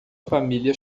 família